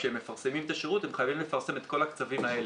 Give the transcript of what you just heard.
כשהם מפרסמים את השירות הם חייבים לפרסם את כל הקצבים האלה,